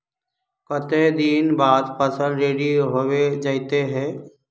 केते दिन बाद फसल रेडी होबे जयते है?